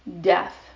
death